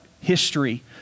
history